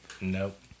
Nope